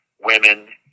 women